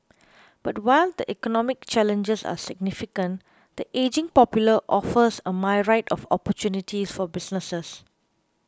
but while the economic challenges are significant the ageing population offers a myriad of opportunities for businesses